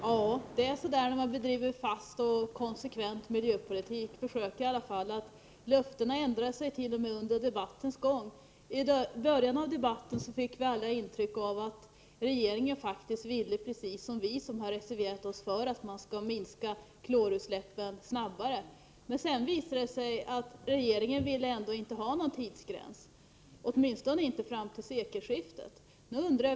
Herr talman! Om man försöker driva en fast och konsekvent miljöpolitik ändras löftena t.o.m. under debattens gång. I början av debatten fick vi alla ett intryck av att regeringen faktiskt ville minska klorutsläppen snabbare, precis som vi som har reserverat oss för att man skall göra det. Men sedan visar det sig att regeringen trots allt inte vill ha någon tidsgräns, åtminstone inte fram till sekelskiftet.